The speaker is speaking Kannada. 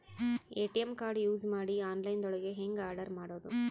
ಎ.ಟಿ.ಎಂ ಕಾರ್ಡ್ ಯೂಸ್ ಮಾಡಿ ಆನ್ಲೈನ್ ದೊಳಗೆ ಹೆಂಗ್ ಆರ್ಡರ್ ಮಾಡುದು?